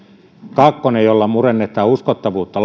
kakkonen jolla murennetaan lainvalmistelun uskottavuutta